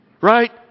Right